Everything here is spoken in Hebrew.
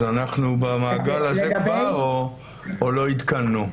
אז אנחנו במעגל הזה כבר או לא עודכנו?